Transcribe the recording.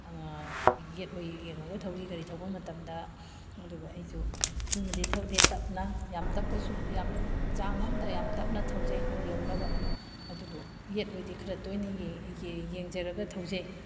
ꯌꯦꯠ ꯑꯣꯏ ꯌꯦꯡꯉꯒ ꯊꯧꯏ ꯒꯥꯔꯤ ꯊꯧꯕ ꯃꯇꯝꯗ ꯑꯗꯨꯒ ꯑꯩꯁꯨ ꯊꯨꯅꯗꯤ ꯊꯧꯗꯦ ꯇꯞꯅ ꯌꯥꯝ ꯇꯞꯄꯁꯨ ꯌꯥꯝ ꯆꯥꯡ ꯑꯃꯗ ꯌꯥꯝ ꯇꯞꯅ ꯊꯧꯖꯩ ꯌꯧꯅꯕ ꯑꯗꯨꯕꯨ ꯌꯦꯠ ꯑꯣꯏꯗꯤ ꯈꯔ ꯇꯣꯏꯅ ꯌꯦꯡꯖꯔꯒ ꯊꯧꯖꯩ